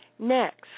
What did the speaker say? Next